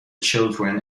children